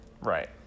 Right